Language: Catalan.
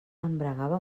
embragava